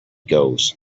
goes